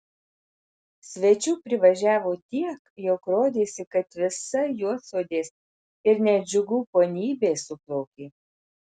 svečių privažiavo tiek jog rodėsi kad visa juodsodės ir net džiugų ponybė suplaukė